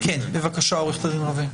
בבקשה, עורכת הדין רווה.